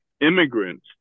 immigrants